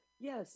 Yes